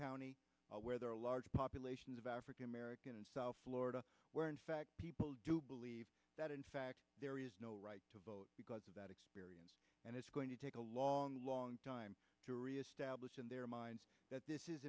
county where there are large populations of african american in south florida where in fact people do believe that in fact there is no right to vote because of that experience and it's going to take a long long time to reestablish in their minds that this is